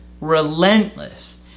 Relentless